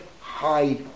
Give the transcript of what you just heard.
hide